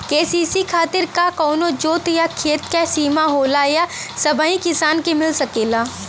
KCC खातिर का कवनो जोत या खेत क सिमा होला या सबही किसान के मिल सकेला?